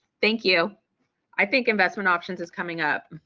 thank you i think investment options is coming up